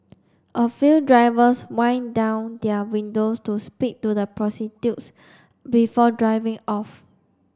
a few drivers wind down their windows to speak to the prostitutes before driving off